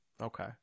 Okay